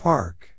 Park